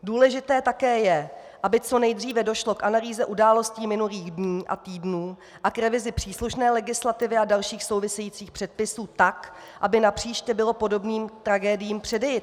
Důležité také je, aby co nejdříve došlo k analýze událostí minulých dnů a týdnů a k revizi příslušné legislativy a dalších souvisejících předpisů tak, aby napříště bylo podobným tragédiím předejito.